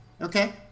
Okay